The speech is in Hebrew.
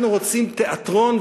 אנחנו רוצים תיאטרון,